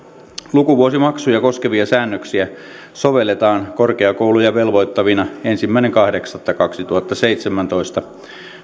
lukuvuosimaksuja koskevia säännöksiä sovelletaan korkeakouluja velvoittavina ensimmäinen kahdeksatta kaksituhattaseitsemäntoista